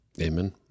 Amen